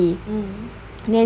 mm then